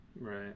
right